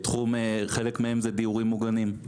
חלק מהם זה דיורים מוגנים.